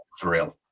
thrill